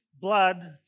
blood